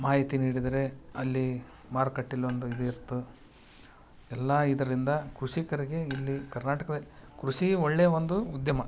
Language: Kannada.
ಮಾಹಿತಿ ನೀಡಿದರೆ ಅಲ್ಲಿ ಮಾರುಕಟ್ಟೆಲ್ಲಿ ಒಂದು ಇದು ಇತ್ತು ಎಲ್ಲಾ ಇದರಿಂದ ಕೃಷಿಕರಿಗೆ ಇಲ್ಲಿ ಕರ್ನಾಟಕದ ಕೃಷಿ ಒಳ್ಳೆಯ ಒಂದು ಉದ್ಯಮ